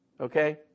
Okay